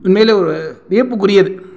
உண்மையில் வியப்புக்குரியது